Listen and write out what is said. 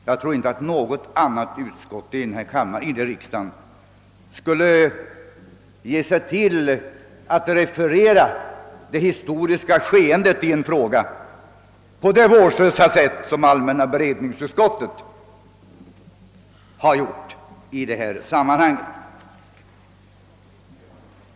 Jag tror inte att något utskott i denna riksdag skulle ta sig till att referera det historiska skeendet i en fråga på det vårdslösa sätt som allmänna beredningsutskottet gjort i detta sammanhang.